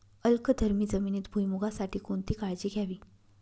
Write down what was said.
अल्कधर्मी जमिनीत भुईमूगासाठी कोणती काळजी घ्यावी?